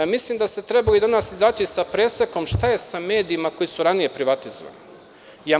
Mislim da ste trebali danas izaći sa presekom šta je sa medijima koji su ranije privatizovani.